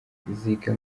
ibiziga